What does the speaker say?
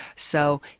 so,